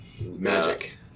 magic